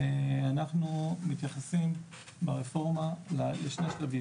אנחנו מתייחסים ברפורמה לשני הצדדים.